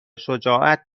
شجاعت